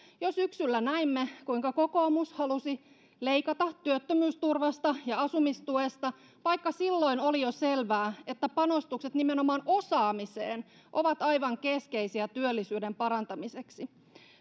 jo syksyllä näimme kuinka kokoomus halusi leikata työttömyysturvasta ja asumistuesta vaikka silloin oli jo selvää että panostukset nimenomaan osaamiseen ovat aivan keskeisiä työllisyyden parantamiseksi